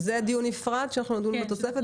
וזה דיון נפרד שאנחנו נדון בתוספת,